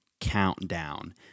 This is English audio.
countdown